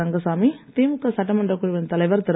ரங்கசாமி திமுக சட்டமன்ற குழுவின் தலைவர் திரு